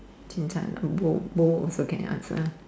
Chin-Cai lah both both also can answer